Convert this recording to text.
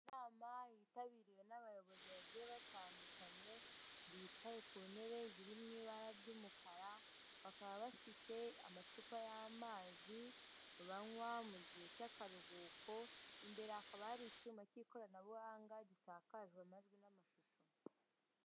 Inama yitabiriwe n'abayobozi bagiye batandukanye, bicaye ku ntebe ziri mu ibara ry'umukara, bakaba bafite amacupa y'amazi banywa mu gihe cy'akaruhuko, imbere hakaba hari icyuma cy'ikoranabuhanga gisakaza amajwi n'amashusho.